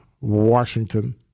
Washington